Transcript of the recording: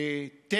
כמה